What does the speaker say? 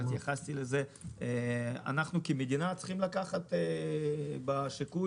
אנחנו כמדינה צריכים לקחת כשיקול,